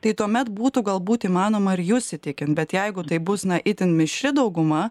tai tuomet būtų galbūt įmanoma ir jus įtikint bet jeigu tai bus na itin mišri dauguma